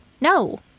no